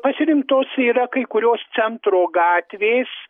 pasirinktos yra kai kurios centro gatvės